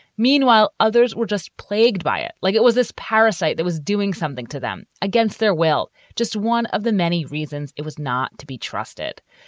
meanwhile, others were just plagued by it, like it was this parasite that was doing something to them against their will. just one of the many reasons it was not to be trusted.